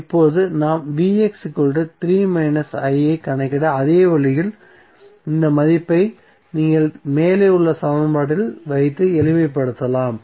இப்போது நாம் ஐ கணக்கிட்ட அதே வழியில் இந்த மதிப்பை நீங்கள் மேலே உள்ள சமன்பாட்டில் வைத்து எளிமைப்படுத்தலாம்